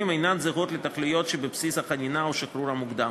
אינן זהות לתכליות שבבסיס החנינה או השחרור המוקדם.